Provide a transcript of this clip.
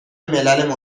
ملل